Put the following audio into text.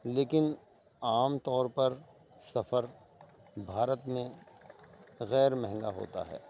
لیکن عام طور پر سفر بھارت میں غیر مہنگا ہوتا ہے